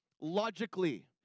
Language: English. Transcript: logically